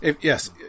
Yes